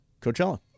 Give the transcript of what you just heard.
Coachella